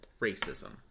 Racism